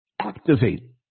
activate